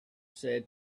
said